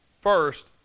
First